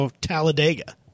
Talladega